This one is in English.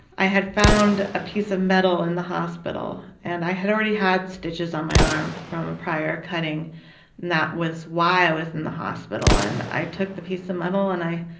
i had found a piece of metal in the hospital, and i had already had stitches on my arm from prior cutting, and that was why i was in the hospital. and i took the piece of metal and i